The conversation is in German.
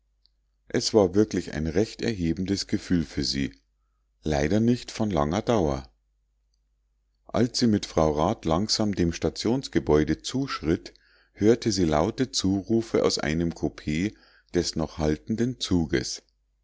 es war wirklich ein recht erhebendes gefühl für sie leider nicht von langer dauer als sie mit frau rat langsam dem stationsgebäude zuschritt hörte sie laute zurufe aus einem koupee des noch haltenden zuges